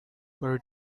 where